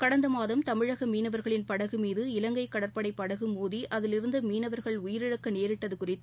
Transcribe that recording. கடந்த மாதம் தமிழக மீனவர்களின் படகு மீது இலங்கை கடற்படை படகு மோதி அதிலிருந்த மீனவர்கள் உயிரிழக்க நேரிட்டது குறித்து